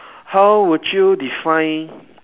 how would you define